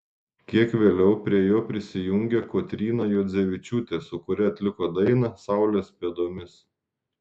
kiek vėliau prie jo prisijungė kotryna juodzevičiūtė su kuria atliko dainą saulės pėdomis